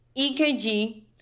EKG